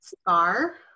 scar